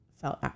felt